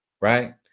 right